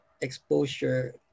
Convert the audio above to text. exposure